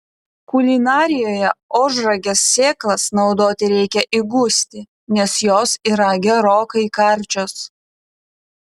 kulinarijoje ožragės sėklas naudoti reikia įgusti nes jos yra gerokai karčios